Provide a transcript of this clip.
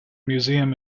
museum